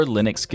Linux